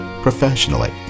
professionally